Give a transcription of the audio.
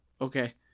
Okay